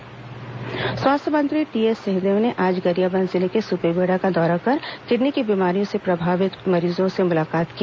स्वास्थ्य मंत्री सुपेबेड़ा स्वास्थ्य मंत्री टीएस सिंहदेव ने आज गरियाबंद जिले के सुपेबेड़ा का दौरा कर किडनी की बीमारी से प्रभावित मरीजों से मुलाकात की